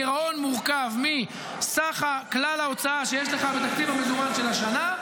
הגירעון מורכב מכלל ההוצאה שיש לך בתקציב המזומן של השנה,